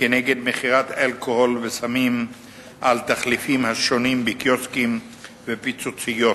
נגד מכירת אלכוהול וסמים על תחליפיהם השונים בקיוסקים וב"פיצוציות".